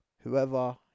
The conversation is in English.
whoever